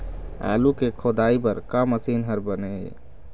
आलू के खोदाई बर का मशीन हर बने ये?